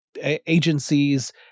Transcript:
agencies